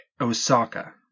Osaka